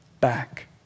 back